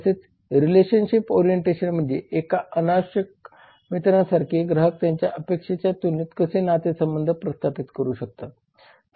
तसेच relationship orientation म्हणजे एका अनावश्यक मित्रांसारखे ग्राहक त्यांच्या अपेक्षांच्या तुलनेत कसे नातेसंबंध स्थापित करू शकतात